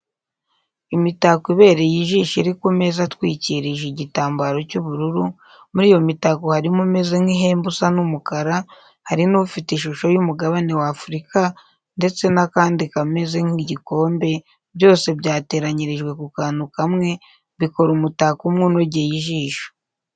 Imitako ibereye ijisho iri ku meza atwikirijwe igitambaro cy'ubururu, muri iyo mitako harimo umeze nk'ihembe usa n'umukara, hari n'ufite ishusho y'umugabane w'Afurika ndetse n'akandi kameze nk'igikombe, byose byateranyirijwe ku kantu kamwe, bikora umutako umwe unogeye ijisho.